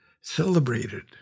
celebrated